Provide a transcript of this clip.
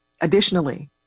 Additionally